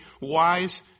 wise